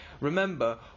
Remember